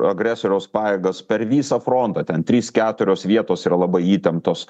agresoriaus pajėgos per visą frontą ten trys keturios vietos yra labai įtemptos